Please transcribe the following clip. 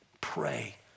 Pray